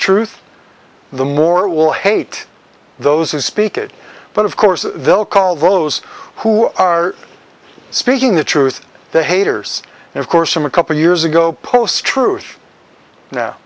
truth the more will hate those who speak it but of course they'll call those who are speaking the truth the haters and of course some a couple years ago posts truth now